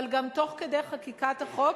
אבל גם תוך כדי חקיקת החוק